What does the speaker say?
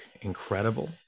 incredible